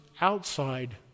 outside